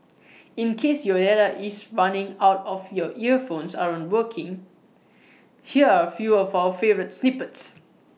in case your data is running out or your earphones aren't working here are A few of our favourite snippets